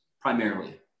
primarily